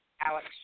Alex